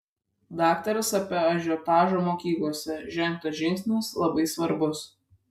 daktaras apie ažiotažą mokyklose žengtas žingsnis labai svarbus